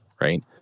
right